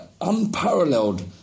unparalleled